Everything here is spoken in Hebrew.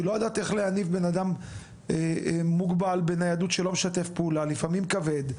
היא לא יודע איך להניף בן אדם מוגבל בניידות שלא משתף פעולה לפעמים כבד.